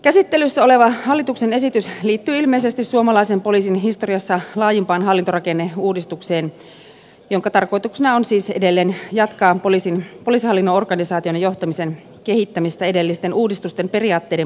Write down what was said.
käsittelyssä oleva hallituksen esitys liittyy ilmeisesti suomalaisen poliisin historiassa laajimpaan hallintorakenneuudistukseen jonka tarkoituksena on siis edelleen jatkaa poliisihallinnon organisaation ja johtamisen kehittämistä edellisten uudistusten periaatteiden mukaisesti